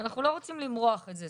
אנחנו לא רוצים למרוח את זה.